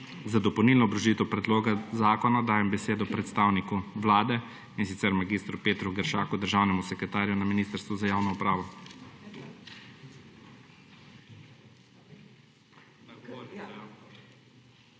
Za dopolnilno obrazložitev predloga zakona dajem besedo predstavniku Vlade mag. Petru Geršaku, državnemu sekretarju Ministrstva za javno upravo.